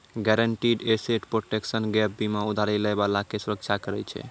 guaranteed asset protection gap बीमा उधारी लै बाला के सुरक्षा करै छै